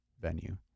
venue